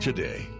Today